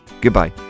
Goodbye